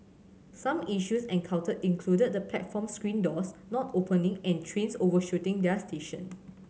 some issues encountered included the platform screen doors not opening and trains overshooting their station